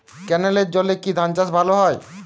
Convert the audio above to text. ক্যেনেলের জলে কি ধানচাষ ভালো হয়?